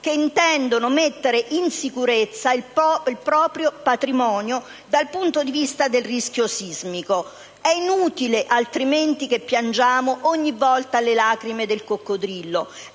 che intendono mettere in sicurezza il proprio patrimonio dal punto di vista del rischio sismico. È inutile altrimenti piangere ogni volta lacrime di coccodrillo;